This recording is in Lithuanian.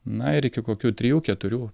na ir iki kokių trijų keturių